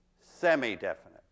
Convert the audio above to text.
semi-definite